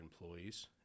employees